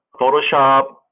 Photoshop